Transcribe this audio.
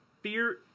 Fear